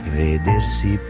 vedersi